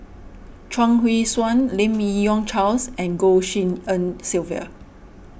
Chuang Hui Tsuan Lim Yi Yong Charles and Goh Tshin En Sylvia